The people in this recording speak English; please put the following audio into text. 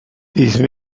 these